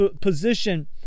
position